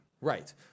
Right